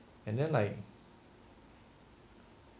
and then like